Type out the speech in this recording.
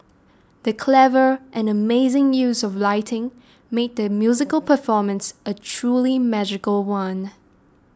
the clever and amazing use of lighting made the musical performance a truly magical one